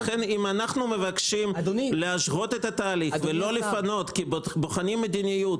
אם אנחנו מבקשים להשוות את התהליך ולא לפנות כי בוחנים מדיניות,